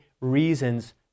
reasons